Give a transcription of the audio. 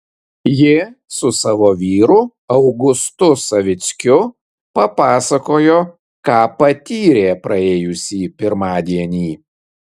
ji su savo vyru augustu savickiu papasakojo ką patyrė praėjusį pirmadienį